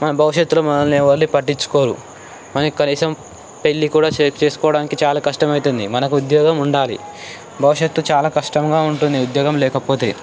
భవిష్యత్తులో మనల్ని ఎవరు పట్టించుకోరు మనం కనీసం పెళ్ళి కూడా షేర్ చేసుకోవడానికి చాలా కష్టం అవుతుంది మనకు ఉద్యోగం ఉండాలి భవిష్యత్తు చాలా కష్టముగా ఉంటుంది ఉద్యోగం లేకపోతే